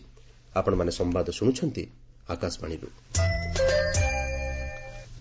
centre Medinipur